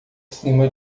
cima